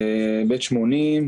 ב/80,